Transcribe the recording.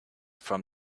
from